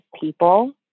people